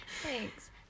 Thanks